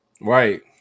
Right